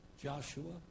Joshua